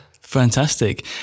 Fantastic